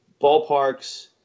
ballparks